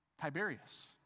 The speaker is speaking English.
Tiberius